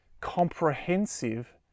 comprehensive